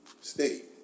state